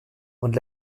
und